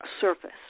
surface